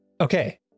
okay